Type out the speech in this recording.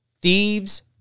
Thieves